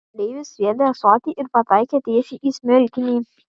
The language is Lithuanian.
kareivis sviedė ąsotį ir pataikė tiesiai į smilkinį